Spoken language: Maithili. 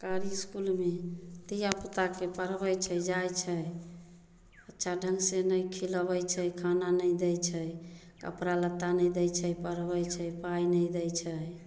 सरकारी इसकुलमे धियापुताके पढबै छै जाइ छै बच्चा ढङ्ग से नहि खिलबै छै खाना नहि दै छै कपड़ा लत्ता नहि दै छै पढबै छै पाइ नहि दै छै